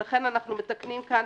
לכן אנחנו מתקנים כאן,